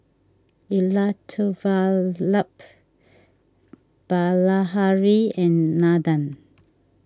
Elattuvalapil Bilahari and Nandan